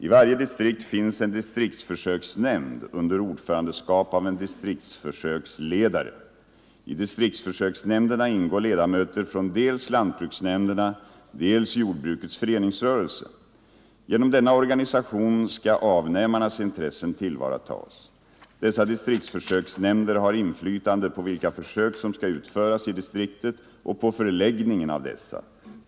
I varje distrikt finns en distriktsförsöksnämnd under ordförandeskap av en distriktsförsöksledare. I distriktsförsöksnämnderna ingår ledamöter från dels lantbruksnämnderna, dels jordbrukets föreningsrörelse. Genom denna organisation skall avnämarnas intressen tillvaratas. Dessa distriktsförsöksnämnder har inflytande på vilka försök som skall utföras i distriktet och på förläggningen av dessa.